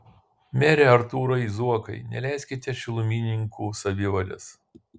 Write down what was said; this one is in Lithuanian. mere artūrai zuokai neleiskite šilumininkų savivalės